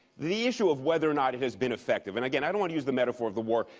the issue of whether or not it has been effective, and again i don't use the metaphor of the war,